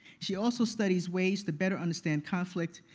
she also studies ways to better understand conflict,